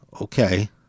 okay